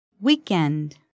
Weekend